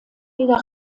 wieder